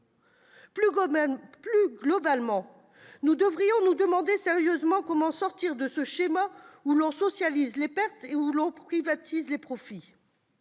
Plus globalement, nous devrions nous demander sérieusement comment sortir de ce schéma où l'on socialise les pertes et privatise les profits